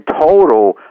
total